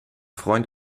freund